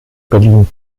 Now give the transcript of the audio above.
berlin